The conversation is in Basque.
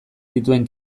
dituen